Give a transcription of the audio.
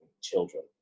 children